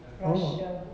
russia